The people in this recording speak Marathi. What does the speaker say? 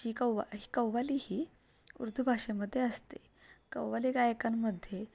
जी कव्वा ही कव्वाली ही उर्दू भाषेमध्ये असते कव्वाली गायकांमध्ये